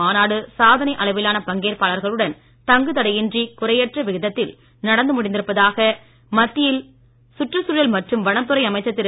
மாநாடு சாதனை அளவிலான பங்கேற்பாளர்களுடன் தங்குதடையின்றி குறையற்ற விதத்தில் நடந்து முடிந்திருப்பதாக மத்திய சுற்றுச்சூழல் மற்றும் வனத்துறை அமைச்சர் திரு